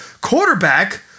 quarterback